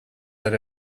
that